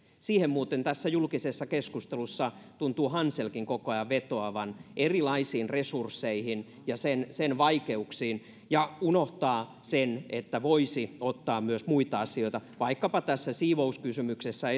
siihen muuten tässä julkisessa keskustelussa tuntuu hanselkin koko ajan vetoavan erilaisiin resursseihin ja sen sen vaikeuksiin ja unohtaa sen että voisi ottaa myös muita asioita esille vaikkapa tässä siivouskysymyksessä